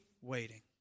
waiting